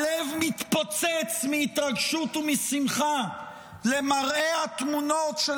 הלב מתפוצץ מהתרגשות ומשמחה למראה התמונות של